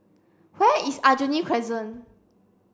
where is Aljunied Crescent